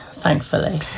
thankfully